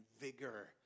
vigor